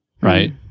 right